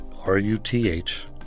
R-U-T-H